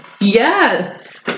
Yes